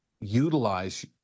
utilize